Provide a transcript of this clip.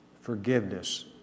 forgiveness